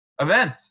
event